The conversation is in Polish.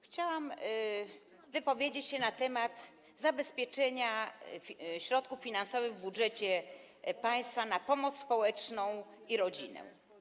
Chciałam wypowiedzieć się na temat zabezpieczenia środków finansowych w budżecie państwa na pomoc społeczną i rodzinę.